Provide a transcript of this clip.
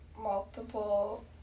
multiple